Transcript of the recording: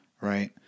right